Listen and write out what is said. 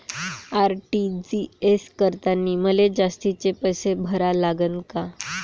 RTGS करतांनी मले जास्तीचे पैसे भरा लागन का?